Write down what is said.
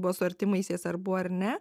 buvo su artimaisiais ar buvo ar ne